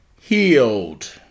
Healed